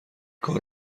کار